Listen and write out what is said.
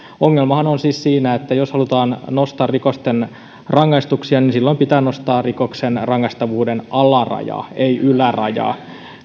ongelmahan on siis siinä että jos halutaan nostaa rikosten rangaistuksia niin silloin pitää nostaa rikoksen rangaistavuuden alarajaa ei ylärajaa